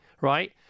right